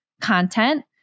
content